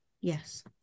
Yes